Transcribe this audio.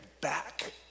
back